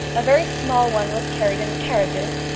a very small one was carried in the carriages,